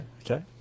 okay